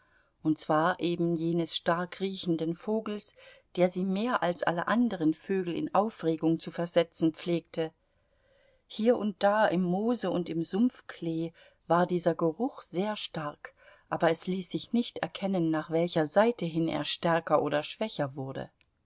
und zwar eben jenes stark riechenden vogels der sie mehr als alle anderen vögel in aufregung zu versetzen pflegte hier und da im moose und im sumpfklee war dieser geruch sehr stark aber es ließ sich nicht erkennen nach welcher seite hin er stärker oder schwächer wurde